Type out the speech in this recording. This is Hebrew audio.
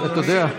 אתה יודע,